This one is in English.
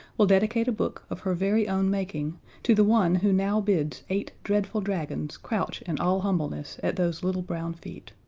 will dedicate a book of her very own making to the one who now bids eight dreadful dragons crouch in all humbleness at those little brown feet.